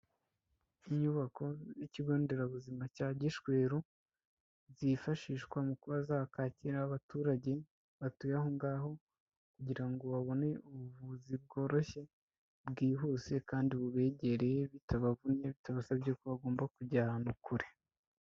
Inyubako z'ikigo nderabuzima cya Gishweru, zifashishwa mu kuba zakwakira abaturage batuye aho ngaho kugira ngo babone ubuvuzi bworoshye, bwihuse kandi bubegereye bitabavunnye bitabasabye ko bagomba kujya ahantu kure.